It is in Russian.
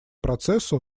процессу